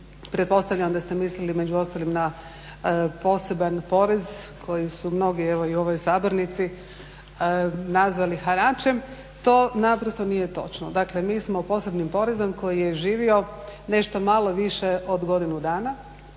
Pretpostavljam da ste mislili među ostalim na poseban porez koji su mnogi evo i u ovoj sabornici nazvali haračem. To naprosto nije točno. Dakle, mi smo posebnim porezom koji je živio nešto malo više od godinu dana,